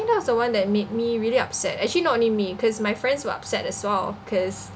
that was the one that made me really upset actually not only me cause my friends were upset as well cause